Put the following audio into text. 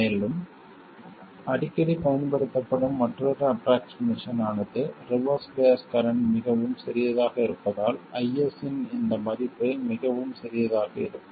மேலும் அடிக்கடி பயன்படுத்தப்படும் மற்றொரு ஆஃப்ரோக்ஷிமேசன் ஆனது ரிவர்ஸ் பயாஸ் கரண்ட் மிகவும் சிறியதாக இருப்பதால் IS இன் இந்த மதிப்பு மிகவும் சிறியதாக இருக்கும்